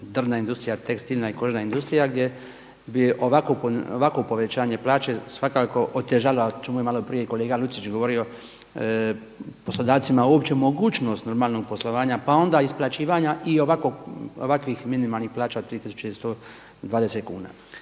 drvna industrija, tekstilna i kožna industrija gdje je ovako povećanje plaće svakako otežalo, o čemu je malo prije kolega Lucić govorio poslodavcima uopće mogućnost normalnog poslovanja pa onda isplaćivanja i ovakvih minimalnih plaća od 3.120 kuna.